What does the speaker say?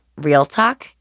realtalk